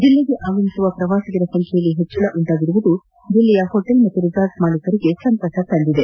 ಜಿಲ್ಲೆಗೆ ಆಗಮಿಸುವ ಪ್ರವಾಸಿಗರ ಸಂಚ್ಯೆಯಲ್ಲಿ ಹೆಚ್ಚಳ ಉಂಟಾಗಿರುವುದು ಹೋಟೆಲ್ ಮತ್ತು ರೆಸಾರ್ಟ್ ಮಾಲೀಕರಿಗೆ ಸಂತಸ ತಂದಿದೆ